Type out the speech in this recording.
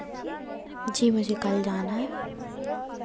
जी मुझे कल जाना है